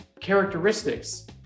characteristics